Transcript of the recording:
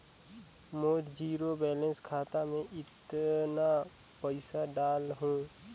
मोर zero balance खाता मे कतना पइसा डाल हूं?